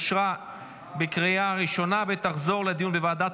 אושרה בקריאה ראשונה ותחזור לדיון בוועדת